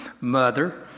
mother